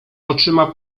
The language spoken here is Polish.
oczyma